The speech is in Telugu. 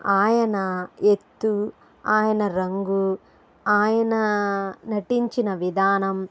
ఆయన ఎత్తూ ఆయన రంగూ ఆయనా నటించిన విధానం